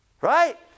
Right